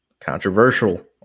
Controversial